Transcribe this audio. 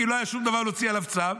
כי לא היה שום דבר להוציא עליו צו.